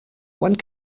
one